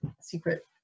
secret